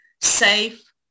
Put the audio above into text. safe